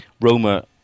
Roma